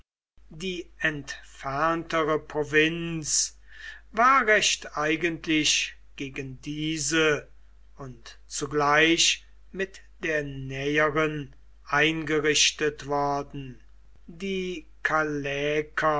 die entferntere provinz war recht eigentlich gegen diese und zugleich mit der näheren eingerichtet worden die